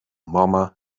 mama